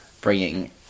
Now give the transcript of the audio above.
bringing